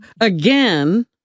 again